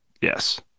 Yes